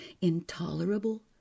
intolerable